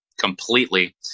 completely